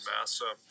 Massa